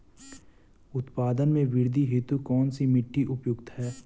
उत्पादन में वृद्धि हेतु कौन सी मिट्टी उपयुक्त है?